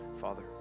father